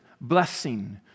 blessing